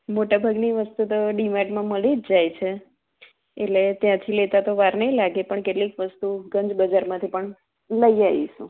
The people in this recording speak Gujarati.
મોટાભાગની વસ્તુ તો ડીમાર્ટમાં મળી જ જાય છે એટલે ત્યાંથી લેતાં તો વાર નહીં લાગે પણ કેટલીક વસ્તુ ગંજ બજારમાંથી પણ લઈ આવીશું